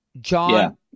John